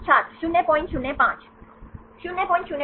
छात्र 005 005 1 be 20